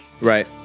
Right